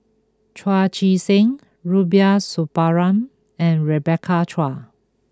Chu Chee Seng Rubiah Suparman and Rebecca Chua